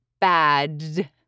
BAD